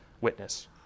witness